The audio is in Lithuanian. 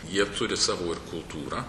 jie turi savo ir kultūrą